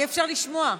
אי-אפשר לשמוע.